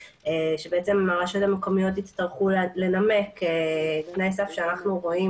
שהרשויות המקומיות יצטרכו לנמק תנאי סף שאנחנו רואים